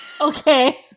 Okay